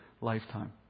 lifetime